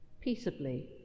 peaceably